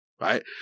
right